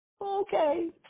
Okay